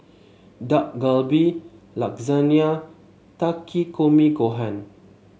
Dak Galbi Lasagne Takikomi Gohan